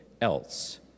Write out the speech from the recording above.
else